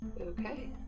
Okay